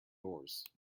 oars